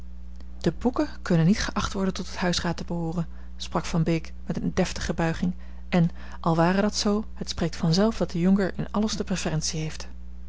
de boeken kunnen niet geacht worden tot het huisraad te behooren sprak van beek met eene deftige buiging en al ware dat zoo het spreekt vanzelf dat de jonker in alles de preferentie heeft